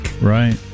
Right